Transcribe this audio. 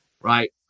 right